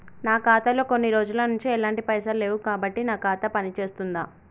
నా ఖాతా లో కొన్ని రోజుల నుంచి ఎలాంటి పైసలు లేవు కాబట్టి నా ఖాతా పని చేస్తుందా?